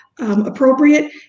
appropriate